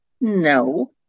No